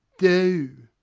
do.